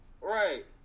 Right